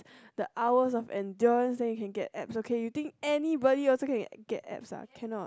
the hours of endurance then you can get abs okay you think anybody also can get abs ah cannot